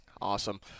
Awesome